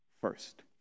first